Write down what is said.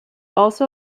also